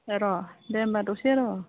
र' दे होनबा दसे र'